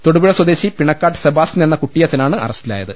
തൊടുപുഴ സ്വദേശി പിണക്കാട്ട് സെബാസ്റ്റ്യൻ എന്ന കുട്ടിയച്ചൻ ആണ് അറസ്റ്റിലായത്